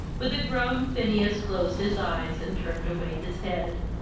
with a groan phineas closed his eyes and turned away his head.